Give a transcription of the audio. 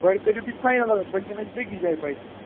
گۄڈٕ کٔرِو تُہۍ فاینل حظ بٔلکٮ۪ن اَسہِ بیٚیِس جایہِ بَنہِ یہِ